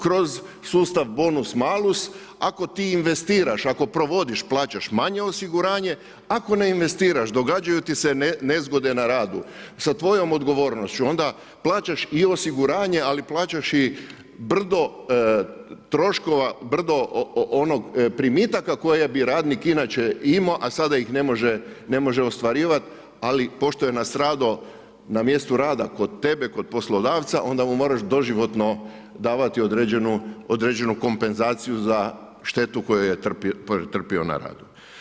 Kroz sustav bonus malus, ako ti investiraš, ako provodiš, plaćaš manje osiguranje, ako ne investiraš događaju ti se nezgode na radu sa tvojom odgovornošću, onda plaćaš i osiguranje ali plaćaš i brdo troškova, brdo primitaka koje bi radnik inače imao a sada ih ne može ostvarivati, ali pošto je nastradao na mjestu rada kod tebe, kod poslodavca, onda mu moraš doživotno davati određenu kompenzaciju za štetu koju je pretrpio na radu.